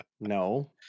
no